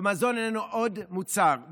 ומזון איננו עוד מוצר.